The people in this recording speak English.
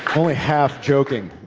only half joking.